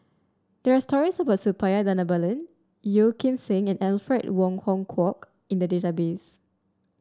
there're stories Suppiah Bhanabalan Yeo Kim Seng and Alfred Wong Hong Kwok in the database